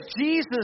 Jesus